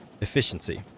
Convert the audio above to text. Efficiency